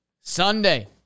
Sunday